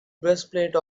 breastplate